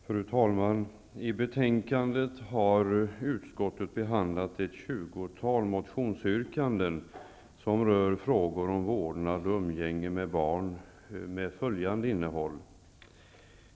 Fru talman! I betänkandet har utskottet behandlat ett tjugotal motionsyrkanden som rör frågor om vårdnad och umgänge med barn med följande innehåll.